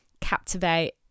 captivate